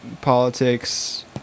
politics